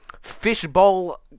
fishbowl